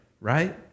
right